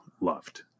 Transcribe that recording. loved